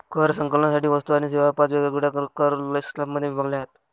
कर संकलनासाठी वस्तू आणि सेवा पाच वेगवेगळ्या कर स्लॅबमध्ये विभागल्या आहेत